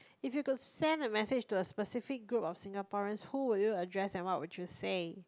if you could send a message to a specific group of Singaporeans who would you address and what would you say